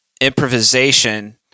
improvisation